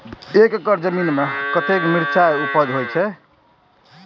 एक एकड़ जमीन में कतेक मिरचाय उपज होई छै?